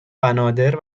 بنادر